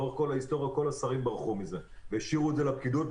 לאורך כל ההיסטוריה כל השרים ברחו מזה והשאירו את זה לפקידות,